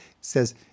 says